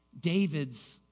David's